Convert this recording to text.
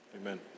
Amen